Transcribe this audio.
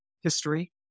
history